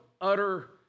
utter